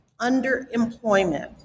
underemployment